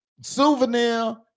souvenir